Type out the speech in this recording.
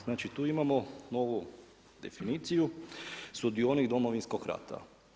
Znači tu imamo novu definiciju sudionik Domovinskog rata.